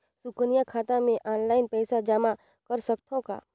सुकन्या खाता मे ऑनलाइन पईसा जमा कर सकथव का?